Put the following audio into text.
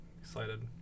Excited